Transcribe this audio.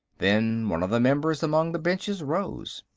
then one of the members among the benches rose.